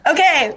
Okay